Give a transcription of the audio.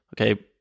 okay